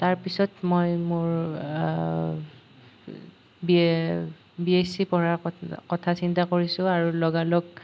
তাৰ পিছত মই মোৰ বিএ বিএছচি পঢ়াৰ কথা কথা চিন্তা কৰিছোঁ আৰু লগা লগ